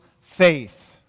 faith